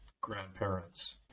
grandparents